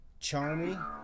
Charmy